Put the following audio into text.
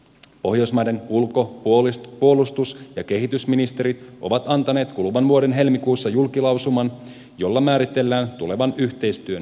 pohjoismaiden ulko puolustus ja kehitysministerit ovat antaneet kuluvan vuoden helmikuussa julkilausuman jolla määritellään tulevan yhteistyön prioriteetteja